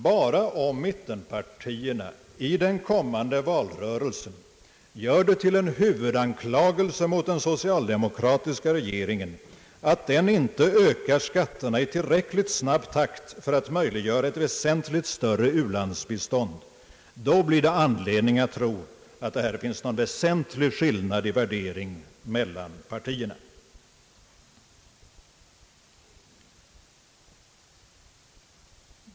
Bara om mittenpartierna i den kommande valrörelsen gör det till en huvudanklagelse mot den socialdemokratiska regeringen, att den inte ökar skatterna i tillräckligt snabb takt för att möjliggöra ett väsentligt större u-landsbistånd, blir det anledning att tro att det här finns någon väsentlig skillnad i värdering mellan partierna.